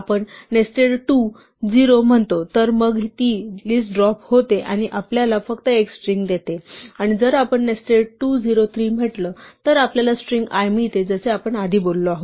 आपण नेस्टेड 2 0 म्हणतो तर मग ती लिस्ट ड्रॉप होते आणि आपल्याला फक्त एक स्ट्रिंग देते आणि जर आपण नेस्टेड 2 0 3 म्हटले तर आपल्याला स्ट्रिंग l मिळते जसे आपण आधी बोललो आहोत